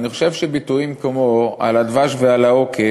אני חושב שביטויים כמו "על הדבש ועל העוקץ,